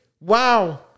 wow